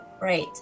Right